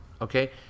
okay